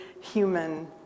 human